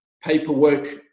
paperwork